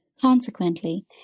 Consequently